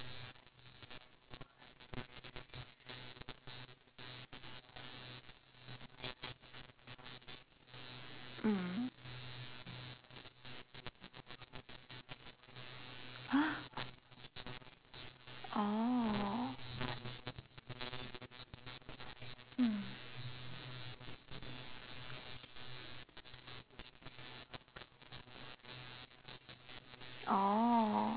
mm !huh! oh hmm oh